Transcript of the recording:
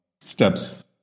steps